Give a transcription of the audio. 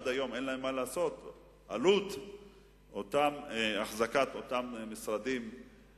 המצומקים שנתנו לאותן רשויות לא יכולים לתת לרשות לתפקד ביום-יום.